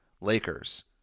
Lakers